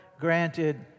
granted